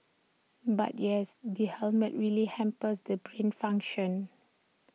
but yes the helmet really hampers the brain function